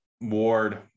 Ward